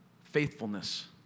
Faithfulness